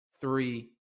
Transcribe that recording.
three